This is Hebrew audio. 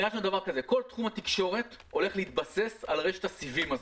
האמירה שלנו היא זאת: כל תחום התקשורת הולך להתבסס על רשת הסיבים הזאת.